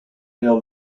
rail